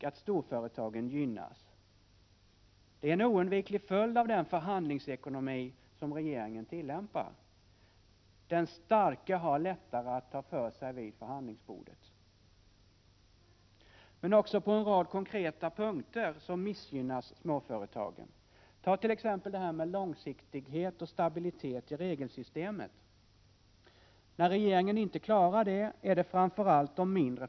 Industriministern glömde däremot, anmärkningsvärt nog, att samtidigt tala om att antalet konkurser just i den typen av företag är mycket högt. Av 100 startade företag har inom loppet av tre år 60 gått i konkurs eller är på väg mot konkurs. 60 20, industriministern!